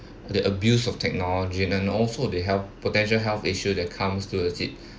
the abuse of technology and then also the health potential health issue that comes towards it